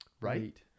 Right